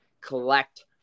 collect